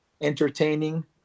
entertaining